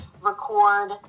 record